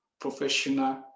professional